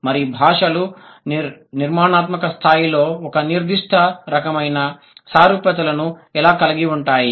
మరి భాషలు నిర్మాణాత్మక స్థాయిలో ఒక నిర్దిష్ట రకమైన సారూప్యతలను ఎలా కలిగి ఉంటాయి